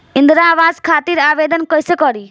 इंद्रा आवास खातिर आवेदन कइसे करि?